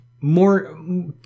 more